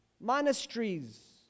monasteries